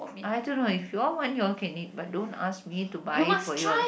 I don't know if you all want you all can eat but don't ask me to buy it for you all